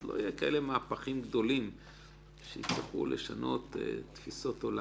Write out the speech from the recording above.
לא יהיו מהפכים גדולים שיצטרכו לשנות תפיסות עולם.